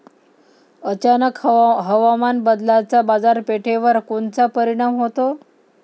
अचानक हवामान बदलाचा बाजारपेठेवर कोनचा परिणाम होतो?